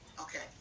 Okay